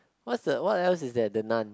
what's the what else is that the Nun